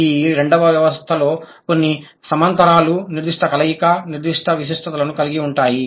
కానీ ఈ రెండు వ్యవస్థల్లో కొన్ని సమాంతరాలు నిర్దిష్ట కలయిక నిర్దిష్ట విశిష్టతను కలిగి ఉంటాయి